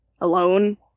alone